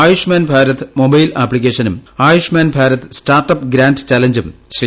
Ayushman Bharat mobile ആപ്ലിക്കേഷനും Ayushman Bharat smart app grant ചലഞ്ചും ശ്രീ